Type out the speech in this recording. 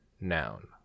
noun